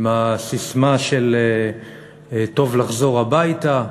עם הססמה של "טוב לחזור הביתה",